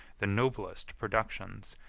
the noblest productions,